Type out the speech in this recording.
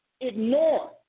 ignore